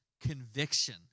conviction